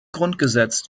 grundgesetz